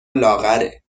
لاغره